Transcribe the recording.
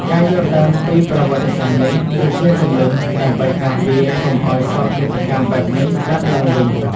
ការយល់ដឹងពីប្រវត្តិសាស្ត្រនេះ គឺជាគន្លឹះដើម្បីការពារកុំឱ្យសោកនាដកម្មបែបនេះកើតឡើងវិញ។